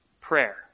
prayer